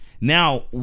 Now